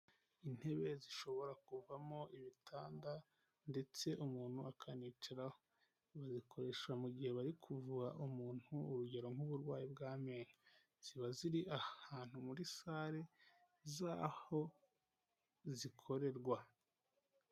Intebe zishobora kuvamo ibitanda ndetse umuntu akanicaraho, bazikoresha mu gihe bari kuvura umuntu urugero nk'uburwayi bw'amenyo ziba ziri ahantu muri salle zaho zikorerwa.